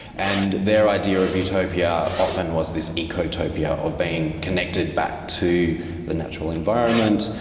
and their idea of utopia often was this ecotopia, of being connected back to the natural environment,